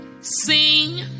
sing